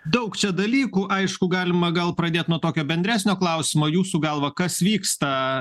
daug dalykų aišku galima gal pradėt nuo tokio bendresnio klausimo jūsų galva kas vyksta